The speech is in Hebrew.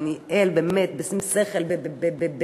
ניהל את הישיבה שם בשום שכל ובאחריות,